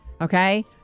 Okay